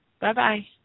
Bye-bye